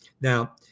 Now